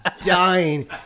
dying